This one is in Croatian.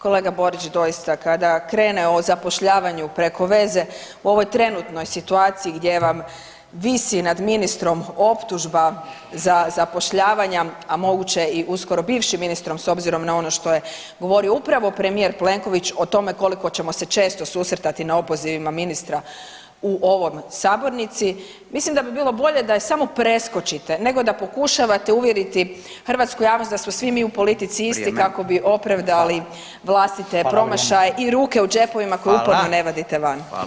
Kolega Borić doista kada krene o zapošljavanju preko veze u ovoj trenutnoj situaciji gdje vam visi nad ministrom optužba za zapošljavanja, a moguće i uskoro bivšim ministrom s obzirom na ono što je govorio upravo premijer Plenković o tome koliko ćemo se često susretati na opozivima ministra u ovoj sabornici, mislim da bi bilo bolje da je samo preskočite nego da pokušavate uvjeriti hrvatsku javnost da smo svi mi u politici isti kako bi opravdali vlastiti promašaj i ruke u džepovima koje uporno ne vadite van.